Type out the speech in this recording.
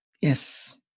Yes